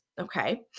okay